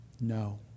no